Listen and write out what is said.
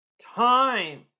time